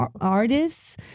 artists